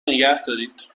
نگهدارید